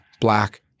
black